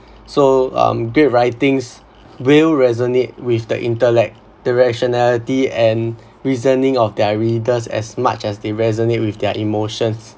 so um great writings will resonate with the intellect the rationality and reasoning of their readers as much as they resonate with their emotions